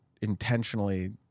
intentionally